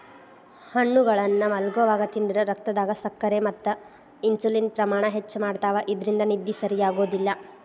ಹಣ್ಣುಗಳನ್ನ ಮಲ್ಗೊವಾಗ ತಿಂದ್ರ ರಕ್ತದಾಗ ಸಕ್ಕರೆ ಮತ್ತ ಇನ್ಸುಲಿನ್ ಪ್ರಮಾಣ ಹೆಚ್ಚ್ ಮಾಡ್ತವಾ ಇದ್ರಿಂದ ನಿದ್ದಿ ಸರಿಯಾಗೋದಿಲ್ಲ